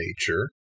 nature